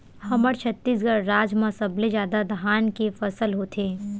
हमर छत्तीसगढ़ राज म सबले जादा धान के फसल होथे